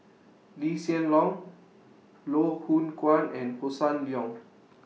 Lee Hsien Loong Loh Hoong Kwan and Hossan Leong